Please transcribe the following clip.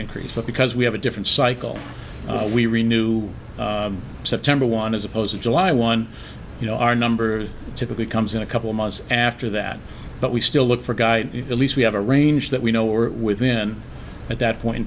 increase but because we have a different cycle we renew september one as opposed to july one you know our numbers typically comes in a couple months after that but we still look for guy at least we have a range that we know or within at that point in